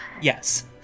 Yes